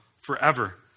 forever